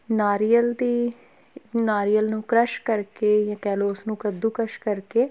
ਨਾਰੀਅਲ ਦੀ ਨਾਰੀਅਲ ਨੂੰ ਕਰੱਸ਼ ਕਰਕੇ ਜਾਂ ਕਹਿ ਲਉ ਉਸਨੂੰ ਕੱਦੂਕਸ ਕਰਕੇ